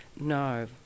No